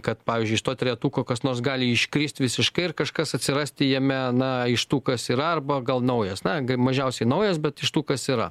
kad pavyzdžiui iš to trejetuko kas nors gali iškrist visiškai ir kažkas atsirasti jame na iš tų kas yra arba gal naujas na ga mažiausiai naujas bet iš tų kas yra